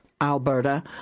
Alberta